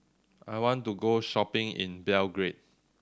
I want to go shopping in Belgrade